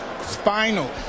Spinal